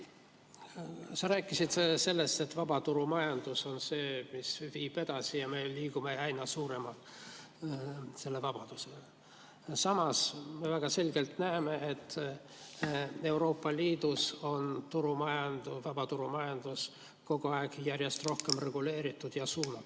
Sa rääkisid sellest, et vabaturumajandus on see, mis viib edasi, ja me liigume aina suurema vabaduse poole. Samas me väga selgelt näeme, et Euroopa Liidus on vabaturumajandus kogu aeg järjest rohkem reguleeritud ja suunatud.